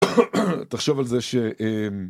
תחשוב על זה שהם